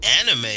anime